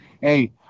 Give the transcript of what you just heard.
Hey